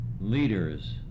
leaders